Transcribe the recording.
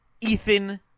Ethan